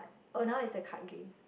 oh now it's the card game